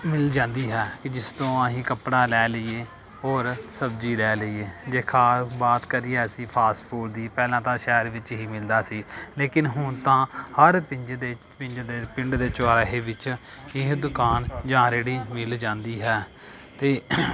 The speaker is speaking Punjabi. ਮਿਲ ਜਾਂਦੀ ਹੈ ਕਿ ਜਿਸ ਤੋਂ ਅਸੀਂ ਕੱਪੜਾ ਲੈ ਲਈਏ ਹੋਰ ਸਬਜ਼ੀ ਲੈ ਲਈਏ ਜੇ ਖਾ ਬਾਤ ਕਰੀਏ ਅਸੀਂ ਫਾਸਟ ਫੂਡ ਦੀ ਪਹਿਲਾਂ ਤਾਂ ਸ਼ਹਿਰ ਵਿੱਚ ਹੀ ਮਿਲਦਾ ਸੀ ਲੇਕਿਨ ਹੁਣ ਤਾਂ ਹਰ ਪਿੰਜ ਦੇ ਪਿੰਜ ਦੇ ਪਿੰਡ ਦੇ ਚੁਰਾਹੇ ਵਿੱਚ ਇਹ ਦੁਕਾਨ ਜਾਂ ਰੇਹੜੀ ਮਿਲ ਜਾਂਦੀ ਹੈ ਅਤੇ